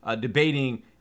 debating